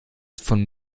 von